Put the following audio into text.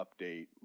update